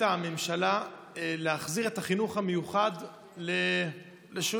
החליטה הממשלה להחזיר את החינוך המיוחד ללימודים.